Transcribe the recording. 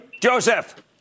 Joseph